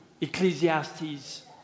Ecclesiastes